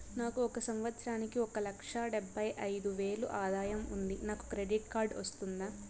నాకు ఒక సంవత్సరానికి ఒక లక్ష డెబ్బై అయిదు వేలు ఆదాయం ఉంది నాకు క్రెడిట్ కార్డు వస్తుందా?